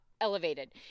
elevated